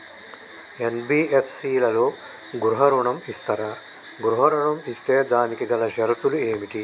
NBFC లలో గృహ ఋణం ఇస్తరా? గృహ ఋణం ఇస్తే దానికి గల షరతులు ఏమిటి?